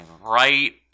right